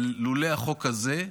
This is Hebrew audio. אבל לולא החוק הזה,